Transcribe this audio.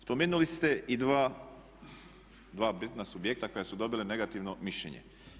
Spomenuli ste i dva bitna subjekta koja su dobila negativno mišljenje.